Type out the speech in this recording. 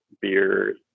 beer